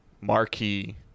marquee